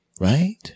right